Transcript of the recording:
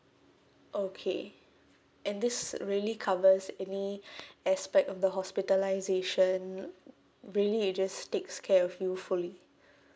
okay and this really covers any aspect of the hospitalisation really it just takes care of you fully